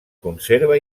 conserva